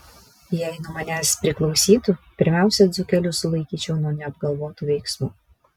jei nuo manęs priklausytų pirmiausia dzūkelius sulaikyčiau nuo neapgalvotų veiksmų